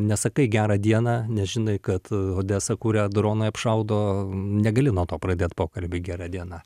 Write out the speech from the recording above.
nesakai gerą dieną nes žinai kad odesą kurią dronai apšaudo negali nuo to pradėt pokalbį gera diena